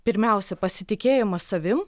pirmiausia pasitikėjimas savim